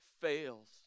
fails